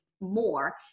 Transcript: more